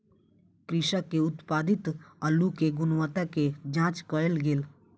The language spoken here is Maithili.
कृषक के उत्पादित अल्लु के गुणवत्ता के जांच कएल गेल